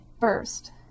first